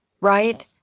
right